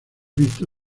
visto